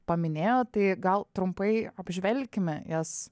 paminėjot tai gal trumpai apžvelkime jas